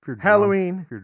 Halloween